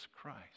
Christ